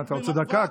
אתה רוצה דקה?